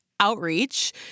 outreach